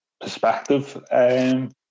perspective